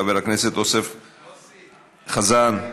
חבר הכנסת אורן אסף חזן,